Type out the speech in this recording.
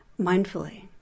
mindfully